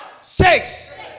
six